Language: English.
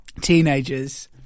teenagers